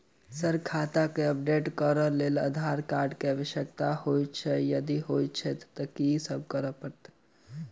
Sir खाता केँ update करऽ लेल आधार कार्ड केँ आवश्यकता होइ छैय यदि होइ छैथ की सब करैपरतैय?